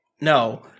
no